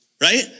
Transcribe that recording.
Right